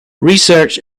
research